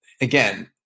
again